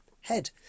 head